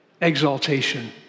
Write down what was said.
exaltation